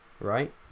right